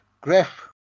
Griff